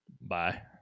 Bye